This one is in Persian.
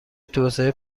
توسعه